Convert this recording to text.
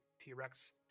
T-Rex